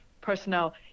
personnel